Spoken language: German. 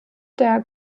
der